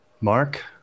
Mark